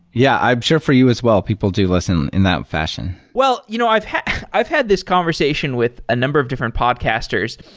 yeah, i'm sure for you as well, people do listen in that fashion. well, you know i've had i've had this conversation with a number of different podcasters,